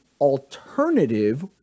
alternative